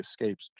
escapes